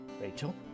Rachel